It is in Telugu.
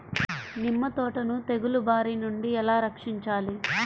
నిమ్మ తోటను తెగులు బారి నుండి ఎలా రక్షించాలి?